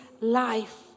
life